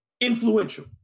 influential